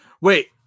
Wait